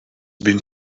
been